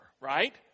right